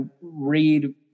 read